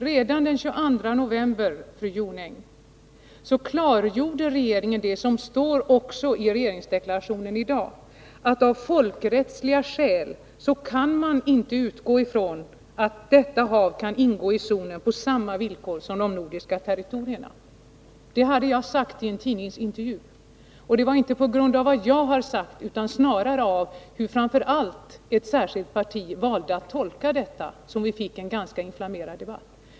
Redan den 22 november, fru Jonäng, klargjorde regeringen det som också står i regeringsdeklarationen i dag, nämligen att man av folkrättsliga skäl inte kan utgå ifrån att detta hav kan ingå i zonen på samma villkor som de nordiska territorierna. Det hade jag sagt i en tidningsintervju. Det var inte på grund av vad jag hade sagt utan snarare på grund av det sätt på vilket framför allt ett särskilt parti valde att tolka detta uttalande som vi fick en ganska inflammerad debatt.